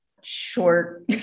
short